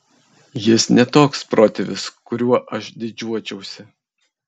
jis ne toks protėvis kuriuo aš didžiuočiausi